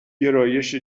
گرایش